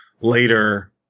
later